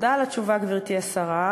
תודה על התשובה, גברתי השרה.